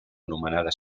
anomenada